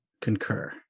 concur